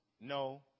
No